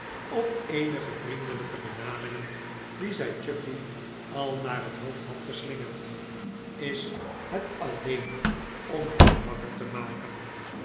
op eenige vriendelijke benamingen die zif chuffey al naar het hoofd had geslingerd is het alleen om hen wakker te maken